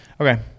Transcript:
Okay